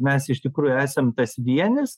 mes iš tikrųjų esam tas vienis